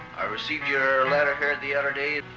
i received your letter here the other day.